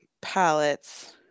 palettes